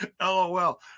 LOL